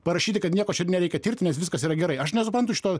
parašyti kad nieko čia nereikia tirt nes viskas yra gerai aš nesuprantu šito